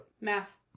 Math